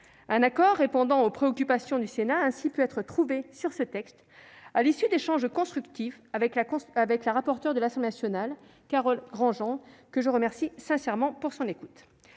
Un accord répondant aux préoccupations du Sénat a ainsi pu être trouvé sur ce texte à l'issue d'échanges constructifs avec la rapporteure de l'Assemblée nationale, Carole Grandjean, que je remercie sincèrement de l'écoute